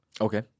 Okay